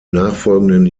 nachfolgenden